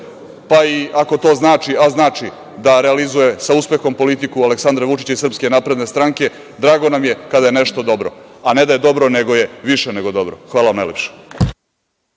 pa i ako to znači, a znači, da realizuje sa uspehom politiku Aleksandra Vučića i SNS, drago nam je kada je nešto dobro, a ne da je dobro, nego je više nego dobro. Hvala.